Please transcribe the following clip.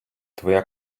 твоя